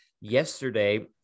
yesterday